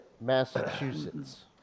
Massachusetts